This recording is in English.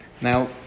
Now